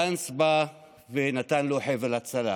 גנץ בא ונתן לו חבל הצלה.